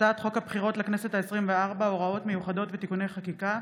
הצעת חוק הבחירות לכנסת העשרים-וארבע (הוראות מיוחדות ותיקוני חקיקה),